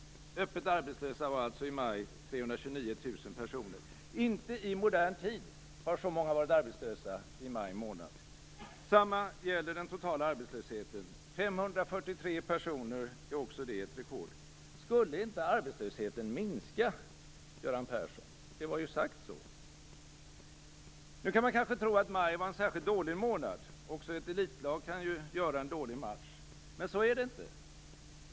De öppet arbetslösa var alltså i maj 329 000 personer. Inte i modern tid har så många varit arbetslösa i maj månad. Samma sak gäller den totala arbetslösheten. 543 000 personer är också det ett rekord. Skulle inte arbetslösheten minska, Göran Persson? Det var ju sagt så. Nu kan man kanske tro att maj var en särskilt dålig månad - också ett elitlag kan ju göra en dålig match - men så är det inte.